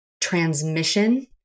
transmission